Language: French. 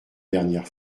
dernière